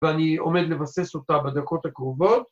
‫ואני עומד לבסס אותה בדקות הקרובות.